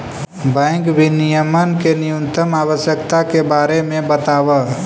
bank विनियमन के न्यूनतम आवश्यकता के बारे में बतावऽ